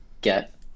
get